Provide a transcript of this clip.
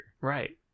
Right